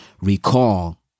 recall